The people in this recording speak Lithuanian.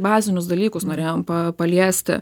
bazinius dalykus norėjom paliesti